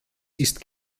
ist